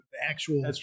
actual